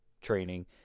training